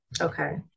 Okay